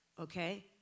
Okay